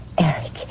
Eric